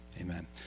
amen